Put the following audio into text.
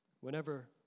whenever